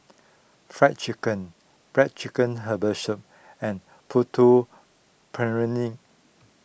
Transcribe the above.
Fried Chicken Black Chicken Herbal Soup and Putu